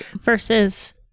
versus